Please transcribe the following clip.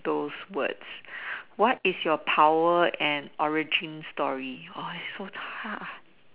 those words what is your power and origin story oh its so hard